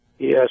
Yes